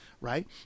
right